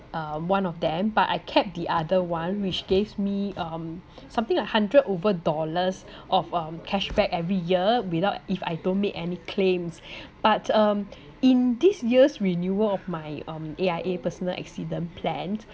uh one of them but I kept the other one which gave me um something like hundred over dollars of um cashback every year without if I don't make any claims but um in this year's renewal of my um A_I_A personal accident plan